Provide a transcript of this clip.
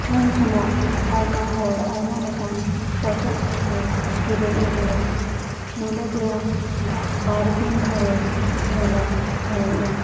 ᱴᱷᱮᱱ ᱠᱷᱚᱱᱟᱜ ᱟᱭᱢᱟ ᱦᱚᱲ ᱟᱭᱢᱟ ᱞᱮᱠ ᱟᱱ ᱯᱚᱛᱚᱵ ᱠᱚ ᱠᱚ ᱠᱤᱨᱤᱧ ᱟᱹᱜᱩᱭᱟ ᱱᱚᱰᱮ ᱫᱚ ᱵᱟᱨᱫᱤᱱ ᱫᱷᱚᱨᱮ ᱢᱮᱞᱟ ᱦᱩᱭᱩᱜᱼᱟ